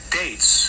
dates